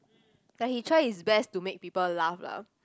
like he try his best to make people laugh lah